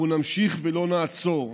אנחנו נמשיך ולא נעצור,